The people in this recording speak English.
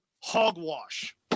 hogwash